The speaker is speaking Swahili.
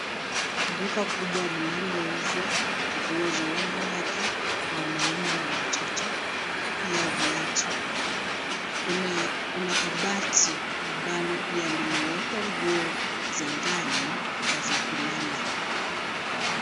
Duka kubwa linalouzwa nguo za wanawake, wanaume na watoto, pia viatu. Kuna kabati ambalo pia limewekwa nguo za ndani na za kulala.